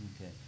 Okay